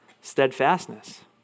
steadfastness